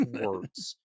words